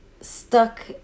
stuck